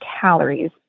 calories